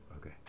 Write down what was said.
Okay